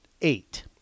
eight